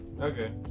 okay